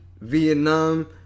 Vietnam